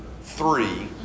three